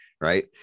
right